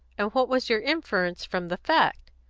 and what was your inference from the fact?